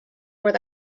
where